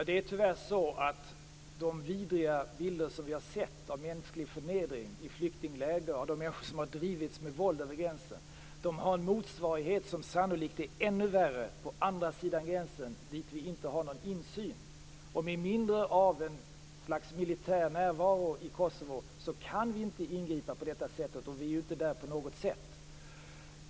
Fru talman! De vidriga bilder som vi har sett av mänsklig förnedring i flyktingläger och av de människor som har drivits med våld över gränsen har tyvärr en motsvarighet som sannolikt är ännu värre på andra sidan gränsen, där vi inte har någon insyn. Med en slags militär närvaro i Kosovo kan vi inte ingripa, och vi är ju inte där på något sätt.